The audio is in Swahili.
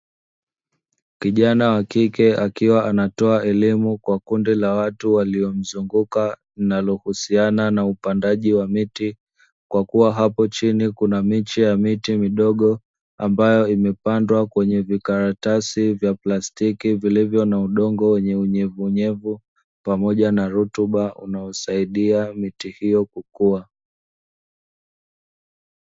Kijana wa kike akiwa anatoa elimu kwa kundi la watu waliomzunguka linalohusiana na upandaji wa miti, kwa kuwa hapo chini kuna miche ya miti midogo ambayo imepandwa kwenye vikaratasi vya plastiki vilivyo na udongo wenye unyevuunyevu pamoja na rutuba unaosaidia miti hiyo kukua.